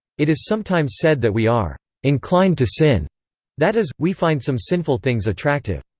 it is sometimes said that we are inclined to sin that is, we find some sinful things attractive.